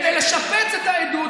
כדי לשפץ את העדות,